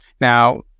Now